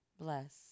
bless